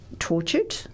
tortured